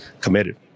committed